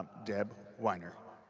deb winer.